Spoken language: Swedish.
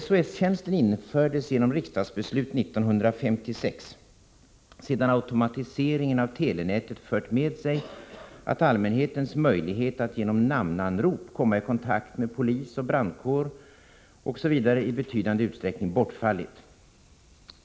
SOS-tjänsten infördes genom riksdagsbeslut 1956 sedan automatiseringen av telenätet fört med sig att allmänhetens möjlighet att genom namnanrop komma i kontakt med polis, brandkår osv. i betydande utsträckning bortfallit.